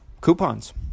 coupons